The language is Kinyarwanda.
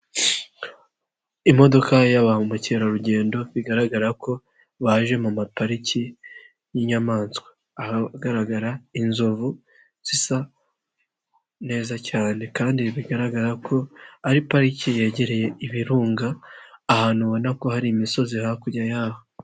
Imodoka ya ba mukerarugendo bigaragara ko baje mu mapariki y'inyamaswa ahagaragara inzovu zisa neza cyane kandi bigaragara ko ari pariki yegereye ibirunga ahantu ubona ko hari imisozi hakurya yaho.